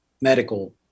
medical